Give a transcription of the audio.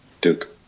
Duke